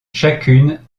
chacune